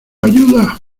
ayuda